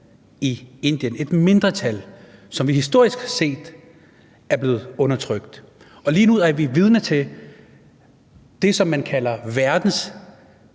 i Indien, et mindretal, som historisk set er blevet undertrykt, og lige nu er vi vidne til det, som man kalder